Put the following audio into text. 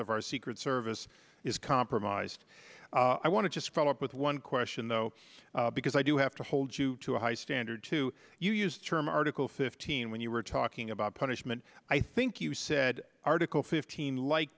of our secret service is compromised i want to just follow up with one question though because i do have to hold you to a high standard to you use the term article fifteen when you were talking about punishment i think you said article fifteen like